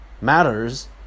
matters